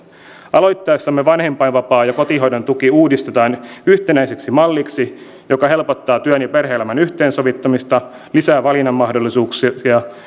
aloitteessamme vanhempainvapaa ja kotihoidon tuki uudistetaan yhtenäiseksi malliksi joka helpottaa työn ja perhe elämän yhteensovittamista lisää valinnan mahdollisuuksia ja